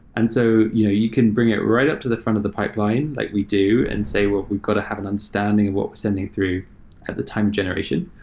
and so you know you can bring it right up to the front of the pipeline, like we do, and say, well, we got to have an understanding of sed sending through at the time generation.